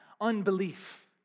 unbelief